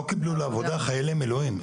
לא קיבלו לעבודה חיילי מילואים.